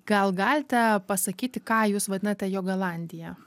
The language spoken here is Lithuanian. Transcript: gal galite pasakyti ką jūs vadinate jogalandija